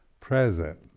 present